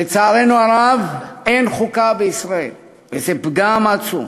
שלצערנו הרב אין חוקה בישראל, וזה פגם עצום.